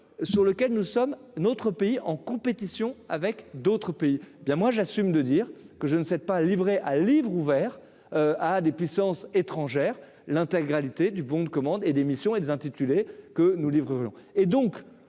sur lequel nous sommes notre pays en compétition avec d'autres pays, ben moi j'assume de dire que je ne sais pas à livre ouvert à des puissances étrangères l'intégralité du bon de commande et des missions et des intitulé que nous livre blanc et donc